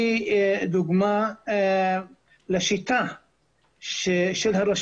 אנחנו כמובן שמחים על החלטת הממשלה אתמול